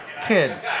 Kid